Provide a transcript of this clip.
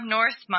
North